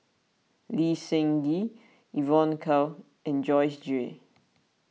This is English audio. Lee Seng Gee Evon Kow and Joyce Jue